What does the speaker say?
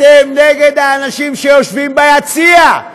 אתם נגד האנשים שיושבים ביציע.